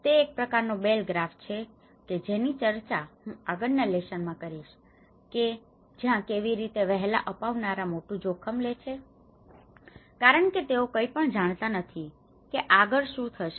તે એક પ્રકાર નો બેલ ગ્રાફ છે કે જેની ચર્ચા હું આગળ ના લેસન માં કરીશ કે જ્યાં કેવી રીતે વહેલા અપનાવનારા મોટું જોખમ લે છે કારણ કે તેઓ કંઈપણ જાણતા નથી કે આગળ શું થશે